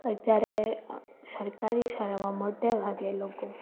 અત્યારે સરકારી શાળામાં મોટે ભાગે લોકો